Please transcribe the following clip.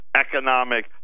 economic